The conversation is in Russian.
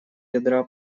ядра